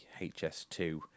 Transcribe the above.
HS2